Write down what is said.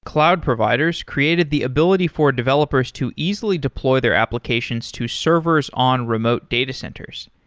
cloud providers created the ability for developers to easily deploy their applications to servers on remote data centers.